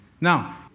Now